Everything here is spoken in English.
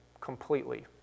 completely